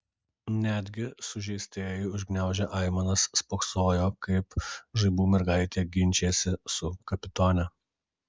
netgi sužeistieji užgniaužę aimanas spoksojo kaip žaibų mergaitė ginčijasi su kapitone